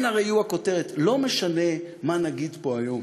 הן הרי יהיו הכותרת, לא משנה מה נגיד פה היום.